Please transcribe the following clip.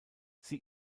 sie